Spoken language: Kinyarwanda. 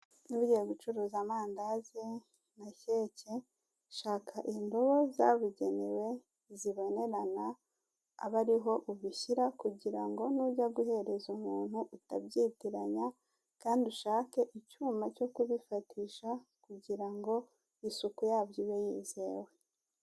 Niba ugiye gucuruza amandazi na keke, shaka indobo zabugenewe, zibonerana, abe ari ho ubishyira, kugira ngo nujya guhereza umuntu utabyitiranya, kandi ushake icyuma cyo kubifatisha kugira ngo isuku yabyo ibe yizewe.